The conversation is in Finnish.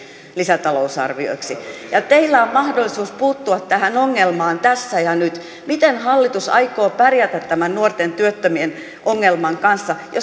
lisätalousarvioiksi teillä on mahdollisuus puuttua tähän ongelmaan tässä ja nyt miten hallitus aikoo pärjätä tämän nuorten työttömien ongelman kanssa jos